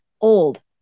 old